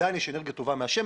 עדיין יש אנרגיה טובה מהשמש.